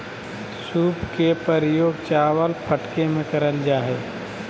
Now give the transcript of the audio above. सूप के प्रयोग चावल फटके में करल जा हइ